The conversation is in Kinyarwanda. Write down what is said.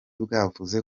bwavuze